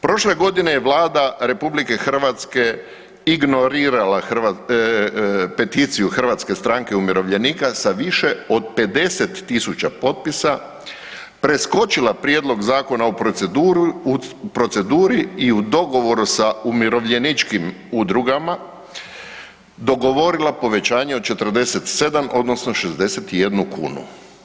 Prošle godine je Vlada Republike Hrvatske ignorirala peticiju Hrvatske stranke umirovljenika sa više od 50 tisuća potpisa, preskočila prijedlog zakona u proceduri i u dogovoru sa umirovljeničkim udrugama dogovorila povećanje od 47 odnosno 61 kunu.